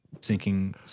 Sinking